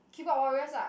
keyboard warriors ah